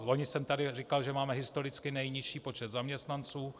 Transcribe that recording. Loni jsem tady říkal, že máme historicky nejnižší počet zaměstnanců.